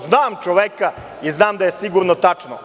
Znam čoveka i znam da je to sigurno tačno.